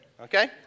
Okay